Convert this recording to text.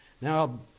Now